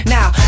Now